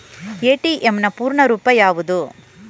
ATM ನ ಪೂರ್ಣ ರೂಪ ಯಾವುದು?